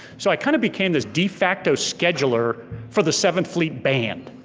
so i kind of became this de facto scheduler for the seventh fleet band.